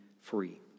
free